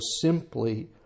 simply